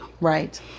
Right